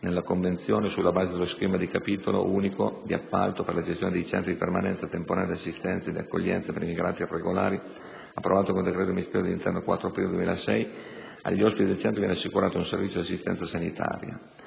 nella convenzione, sulla base dello schema di capitolato unico di appalto per la gestione dei centri di permanenza temporanea ed assistenza e di accoglienza per immigrati irregolari, approvato con decreto del Ministro dell'interno in data 4 aprile 2006, agli ospiti del centro viene assicurato un servizio di assistenza sanitaria.